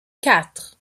quatre